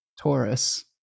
Taurus